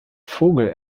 vogel